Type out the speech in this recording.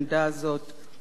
שהיא כל כך מסוכנת